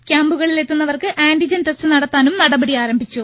ക്യാമ്പുകളിൽ എത്തുന്നവർക്ക് antigen test നടത്താനും നടപടി ആരംഭിച്ചു